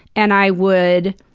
and i would